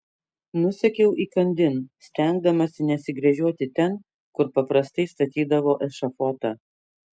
nusekiau įkandin stengdamasi nesigręžioti ten kur paprastai statydavo ešafotą